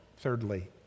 thirdly